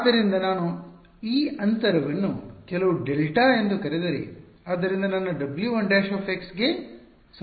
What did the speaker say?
ಆದ್ದರಿಂದ ನಾನು ಈ ಅಂತರವನ್ನು ಕೆಲವು ಡೆಲ್ಟಾ ಎಂದು ಕರೆದರೆ ಆದ್ದರಿಂದ ನಂತರ W 1 ′ ಗೆ ಸಮನಾಗಿರುತ್ತದೆ